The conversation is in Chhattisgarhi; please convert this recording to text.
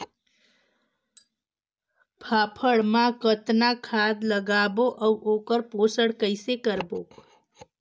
फाफण मा कतना खाद लगाबो अउ ओकर पोषण कइसे करबो?